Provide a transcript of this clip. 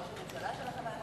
ראש הממשלה שלכם היה בחקירה,